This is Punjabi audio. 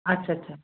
ਅੱਛਾ ਅੱਛਾ